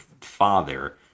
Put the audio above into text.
father